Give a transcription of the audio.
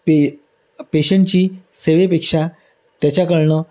पे पेशंटची सेवेपेक्षा त्याच्याकडून